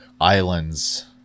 islands